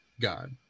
God